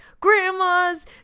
grandmas